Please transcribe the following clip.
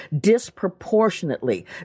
disproportionately